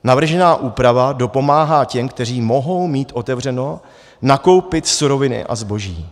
Navržená úprava dopomáhá těm, kteří mohou mít otevřeno, nakoupit suroviny a zboží.